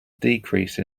decrease